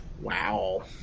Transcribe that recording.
Wow